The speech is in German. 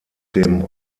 dem